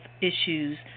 issues